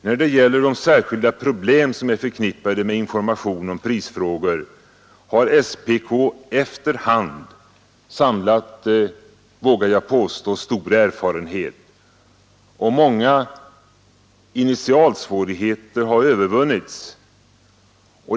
När det gäller de särskilda problem som är förknippade med information om prisfrågor har SPK efter hand samlat stor erfarenhet, och många initialsvårigheter har övervunnits.